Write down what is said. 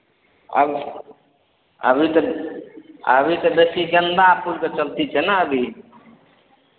अब अभी तऽ अभी तऽ बेसी गेन्दा फूलके चलती छै ने अभी